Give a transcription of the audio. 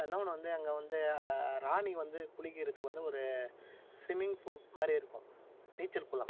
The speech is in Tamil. இன்னொன்னு வந்து அங்கே வந்து ராணி வந்து குளிக்கிறத்துக்கு வந்து ஒரு ஸிம்மிங் ஃபூல் மாதிரி இருக்கும் நீச்சல் குளம்